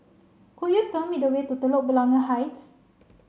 could you tell me the way to Telok Blangah Heights